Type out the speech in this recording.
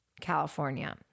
California